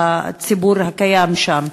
הציבור הקיים שם?